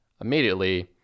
immediately